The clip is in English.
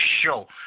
show